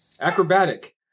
acrobatic